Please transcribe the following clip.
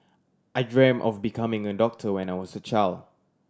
I dreamt of becoming a doctor when I was a child